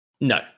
no